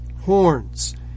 horns